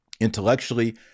Intellectually